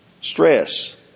Stress